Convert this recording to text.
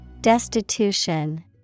Destitution